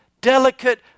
Delicate